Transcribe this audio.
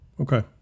Okay